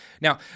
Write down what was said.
Now